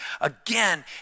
Again